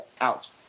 out